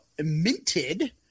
minted